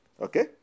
Okay